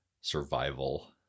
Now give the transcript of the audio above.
Survival